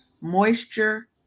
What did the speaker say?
moisture